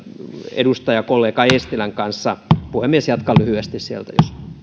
edustajakollega eestilän kanssa puhemies jatkan lyhyesti sieltä